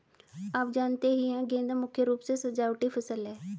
आप जानते ही है गेंदा मुख्य रूप से सजावटी फसल है